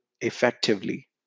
effectively